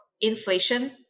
inflation